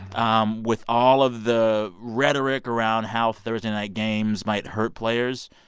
um with all of the rhetoric around how thursday night games might hurt players,